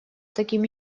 таким